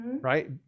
right